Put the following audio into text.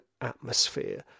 atmosphere